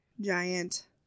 giant